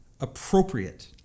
appropriate